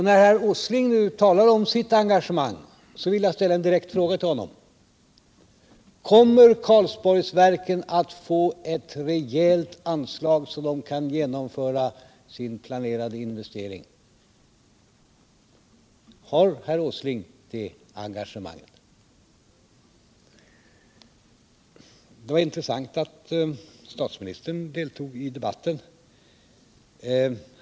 När Nils Åsling talar om sitt engagemang vill jag ställa en direkt fråga till honom: Kommer Karlsborgsverken att få ett rejält anslag så att de kan genomföra sin planerade investering? Har herr Åsling det engagemanget? Det var intressant alt statsministern deltog i debatten.